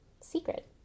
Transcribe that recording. secret